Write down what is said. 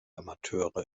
amateure